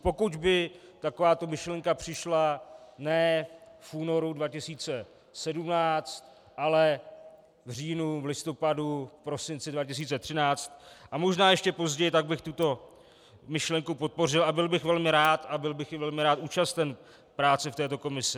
Pokud by takováto myšlenka přišla ne v únoru 2017, ale v říjnu, v listopadu, v prosinci 2013 a možná ještě později, tak bych tuto myšlenku podpořil a byl bych velmi rád a byl bych i velmi rád účasten práce v této komisi.